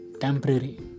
temporary